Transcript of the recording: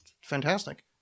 fantastic